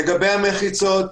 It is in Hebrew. לגבי המחיצות,